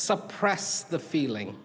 suppress the feeling